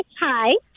hi